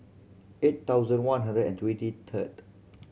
eight thousand one hundred and twenty third